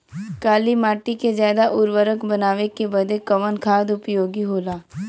काली माटी के ज्यादा उर्वरक बनावे के बदे कवन खाद उपयोगी होला?